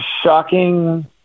shocking